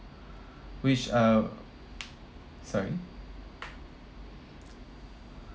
which uh sorry